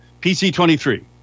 PC23